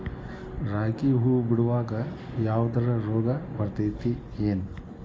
ರಾಗಿ ಹೂವು ಬಿಡುವಾಗ ಯಾವದರ ರೋಗ ಬರತೇತಿ ಏನ್?